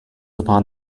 upon